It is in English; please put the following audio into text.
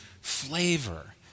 flavor